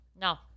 No